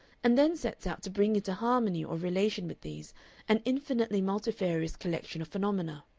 and then sets out to bring into harmony or relation with these an infinitely multifarious collection of phenomena.